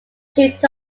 shoot